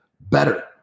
better